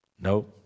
no